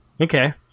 okay